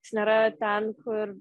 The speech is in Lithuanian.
jis nėra ten kur